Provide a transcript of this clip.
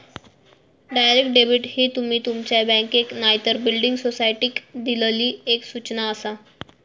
direct debit ही तुमी तुमच्या बँकेक नायतर बिल्डिंग सोसायटीक दिल्लली एक सूचना आसा